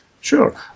Sure